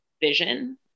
vision